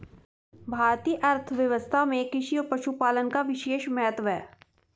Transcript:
भारतीय अर्थव्यवस्था में कृषि और पशुपालन का विशेष महत्त्व है